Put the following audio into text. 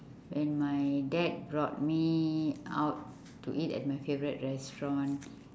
when my dad brought me out to eat at my favourite restaurant